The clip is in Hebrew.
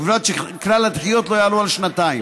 ובלבד שכלל הדחיות לא יעלו על שנתיים.